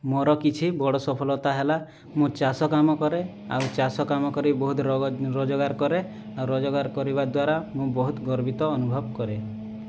ମୋର କିଛି ବଡ଼ ସଫଳତା ହେଲା ମୁଁ ଚାଷ କାମ କରେ ଆଉ ଚାଷ କାମ କରି ବହୁତ ରୋଜଗାର କରେ ଆଉ ରୋଜଗାର କରିବା ଦ୍ୱାରା ମୁଁ ବହୁତ ଗର୍ବିତ ଅନୁଭବ କରେ